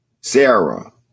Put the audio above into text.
sarah